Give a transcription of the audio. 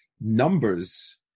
numbers